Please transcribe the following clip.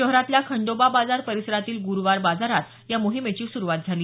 शहरातल्या खंडोबा बाजार परिसरातील गुरुवार बाजारात या मोहिमेची सुरुवात झाली